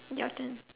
your turn